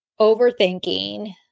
overthinking